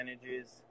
percentages